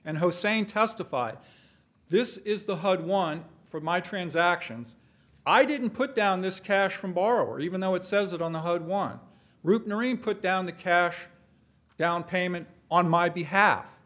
and hosain testified this is the hud one for my transactions i didn't put down this cash from borrower even though it says it on the hood one route noreen put down the cash downpayment on my behalf